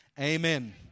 Amen